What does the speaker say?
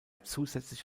zusätzlich